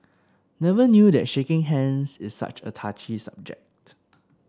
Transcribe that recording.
never knew that shaking hands is such a touchy subject